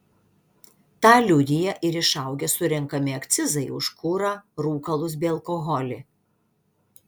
tą liudija ir išaugę surenkami akcizai už kurą rūkalus bei alkoholį